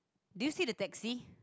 do you see the taxi